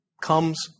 comes